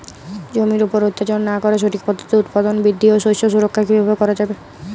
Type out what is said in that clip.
জমির উপর অত্যাচার না করে সঠিক পদ্ধতিতে উৎপাদন বৃদ্ধি ও শস্য সুরক্ষা কীভাবে করা যাবে?